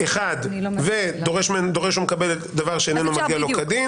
אחד, דורש ומקבל דבר שאיננו מגיע לו כדין.